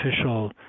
official